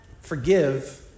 Forgive